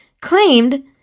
claimed